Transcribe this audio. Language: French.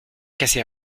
cassé